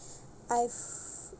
I've